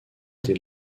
été